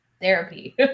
therapy